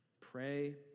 Pray